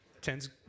tens